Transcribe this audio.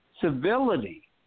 civility